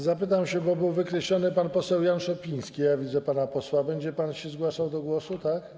Zapytam się, bo był wykreślony pan poseł Jan Szopiński, a widzę pana posła: Będzie pan się zgłaszał do głosu, tak?